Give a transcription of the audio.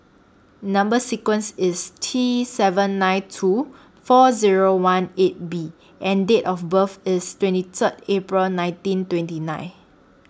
Number sequence IS T seven nine two four Zero one eight B and Date of birth IS twenty Third April nineteen twenty nine